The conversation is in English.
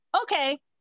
Okay